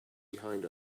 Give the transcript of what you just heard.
behind